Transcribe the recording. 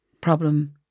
problem